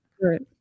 Right